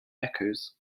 echoes